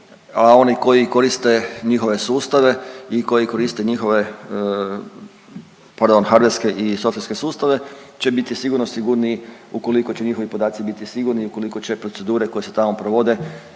a oni koji koriste njihove sustave i koji koriste njihove, pardon, hardverske i softverske sustave će biti sigurno sigurniji ukoliko će njihovi podaci biti sigurni i ukoliko će procedure koje se tamo provode